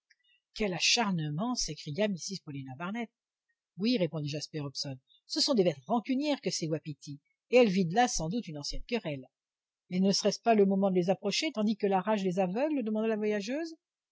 quel acharnement s'écria mrs paulina barnett oui répondit jasper hobson ce sont des bêtes rancunières que ces wapitis et elles vident là sans doute une ancienne querelle mais ne serait-ce pas le moment de les approcher tandis que la rage les aveugle demanda la voyageuse